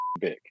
big